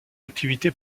activité